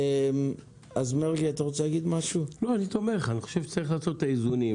אני חושב שצריך לעשות את האיזונים.